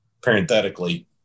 parenthetically